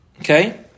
Okay